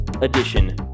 edition